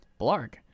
Blarg